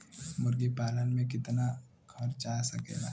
मुर्गी पालन में कितना खर्च आ सकेला?